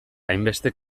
hainbeste